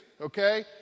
Okay